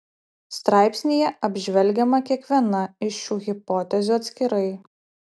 straipsnyje apžvelgiama kiekviena iš šių hipotezių atskirai